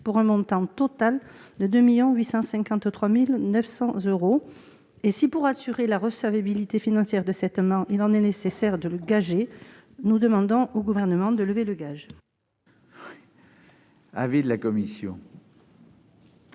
pour un montant total de 2 853 900 euros. Pour assurer la recevabilité financière de cet amendement, il a été nécessaire de le gager, mais nous demandons au Gouvernement de lever le gage. Quel est l'avis de la commission